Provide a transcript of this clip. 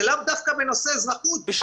זה לאו דווקא בנושא אזרחות.